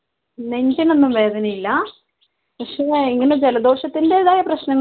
നെഞ്ചിനൊന്നും വേദന ഇല്ല പക്ഷെ ഇങ്ങനെ ജലദോഷത്തിൻറ്റേതായ പ്രശ്നങ്ങളുണ്ട്